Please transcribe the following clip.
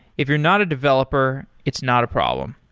if you're not a developer, it's not a problem.